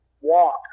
walk